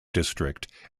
district